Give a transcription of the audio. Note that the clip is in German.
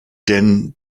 denn